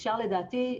לדעתי,